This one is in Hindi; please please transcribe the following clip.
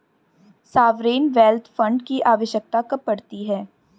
सॉवरेन वेल्थ फंड की आवश्यकता कब पड़ती है?